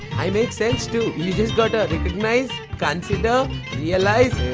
i make sense too! you just gotta recognize, consider, realize.